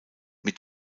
mit